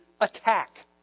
attack